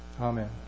Amen